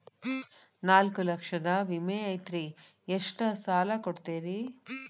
ನಾಲ್ಕು ಲಕ್ಷದ ವಿಮೆ ಐತ್ರಿ ಎಷ್ಟ ಸಾಲ ಕೊಡ್ತೇರಿ?